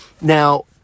now